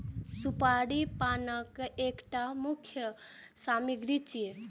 सुपारी पानक एकटा मुख्य सामग्री छियै